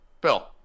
Bill